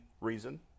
reason